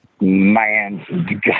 Man